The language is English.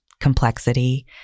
complexity